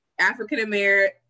African-American